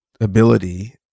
ability